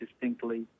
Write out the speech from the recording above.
distinctly